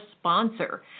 sponsor